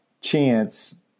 chance